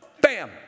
Bam